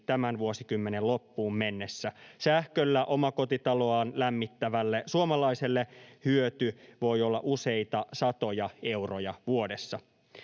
tämän vuosikymmenen loppuun mennessä. Sähköllä omakotitaloaan lämmittävälle suomalaiselle hyöty voi olla useita satoja euroja vuodessa.